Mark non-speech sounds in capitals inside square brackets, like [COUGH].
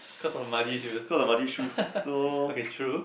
cause of muddy shoes [LAUGHS] okay true